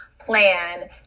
plan